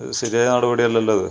ശരിയായ നടപടി അല്ലല്ലോ അത്